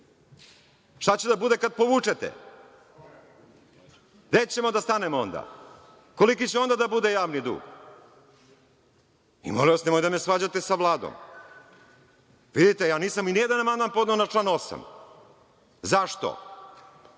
Šta će da bude kad povučete? Gde ćemo da stanemo onda? Koliki će onda da bude javni dug? Molim vas, nemojte da me svađate sa Vladom. Vidite, ja nisam nijedan amandman podneo na član 8. Zašto?